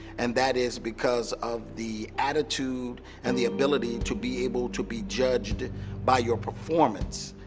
and that is because of the attitude and the ability to be able to be judged by your performance,